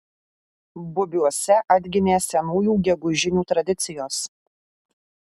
bubiuose atgimė senųjų gegužinių tradicijos